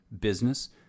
business